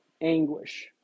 anguish